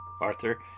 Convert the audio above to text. Arthur